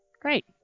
Great